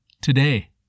today